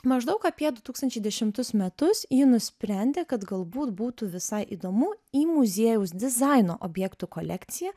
maždaug apie du tūkstančiai dešimtus metus ji nusprendė kad galbūt būtų visai įdomu į muziejaus dizaino objektų kolekciją